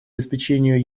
обеспечению